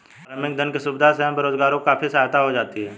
प्रारंभिक धन की सुविधा से हम बेरोजगारों की काफी सहायता हो जाती है